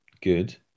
good